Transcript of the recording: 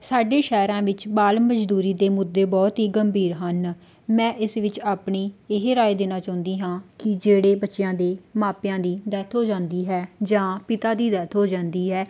ਸਾਡੇ ਸ਼ਹਿਰਾਂ ਵਿੱਚ ਬਾਲ ਮਜ਼ਦੂਰੀ ਦੇ ਮੁੱਦੇ ਬਹੁਤ ਹੀ ਗੰਭੀਰ ਹਨ ਮੈਂ ਇਸ ਵਿੱਚ ਆਪਣੀ ਇਹ ਰਾਏ ਦੇਣਾ ਚਾਹੁੰਦੀ ਹਾਂ ਕਿ ਜਿਹੜੇ ਬੱਚਿਆਂ ਦੇ ਮਾਪਿਆਂ ਦੀ ਡੈਥ ਹੋ ਜਾਂਦੀ ਹੈ ਜਾਂ ਪਿਤਾ ਦੀ ਡੈਥ ਹੋ ਜਾਂਦੀ ਹੈ